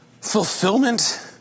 fulfillment